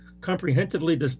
comprehensively